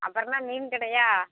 அபர்ணா மீன் கடையா